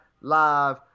live